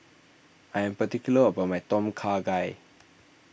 I am particular about my Tom Kha Gai